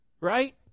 right